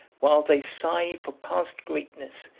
while they sigh for past greatness,